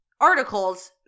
articles